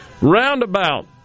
Roundabout